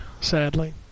Sadly